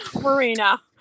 Marina